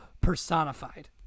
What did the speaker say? personified